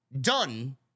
done